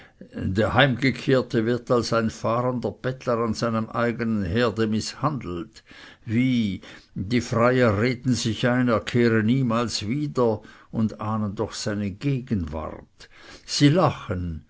der heimgekehrte wird als ein fahrender bettler an seinem eigenen herde mißhandelt wie die freier reden sich ein er kehre niemals wieder und ahnen doch seine gegenwart sie lachen